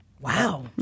Wow